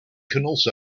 also